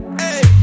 hey